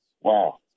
wow